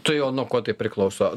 tai o nuo ko tai priklauso